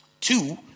Two